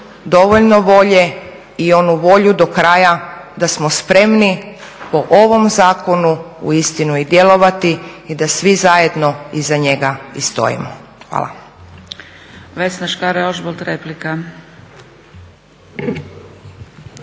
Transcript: dovoljno volje i onu volju do kraja da smo spremni po ovom zakonu uistinu i djelovati i da svi zajedno iza njega i stojimo. Hvala.